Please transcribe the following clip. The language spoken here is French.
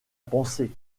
pensé